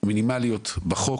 מינימליות בחוק.